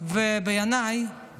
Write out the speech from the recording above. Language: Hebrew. ובעיניי